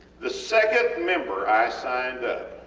the second member i signed up,